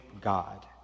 God